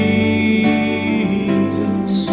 Jesus